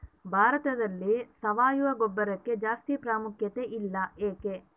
ಭಾರತದಲ್ಲಿ ಸಾವಯವ ಗೊಬ್ಬರಕ್ಕೆ ಜಾಸ್ತಿ ಪ್ರಾಮುಖ್ಯತೆ ಇಲ್ಲ ಯಾಕೆ?